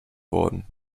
worden